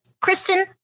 Kristen